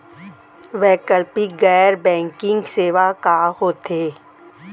वैकल्पिक गैर बैंकिंग सेवा का होथे?